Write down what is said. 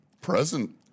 present